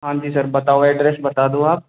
हाँ जी सर बताओ एड्रेस बता दो आप